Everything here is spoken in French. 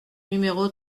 numéro